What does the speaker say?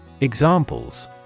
Examples